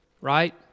right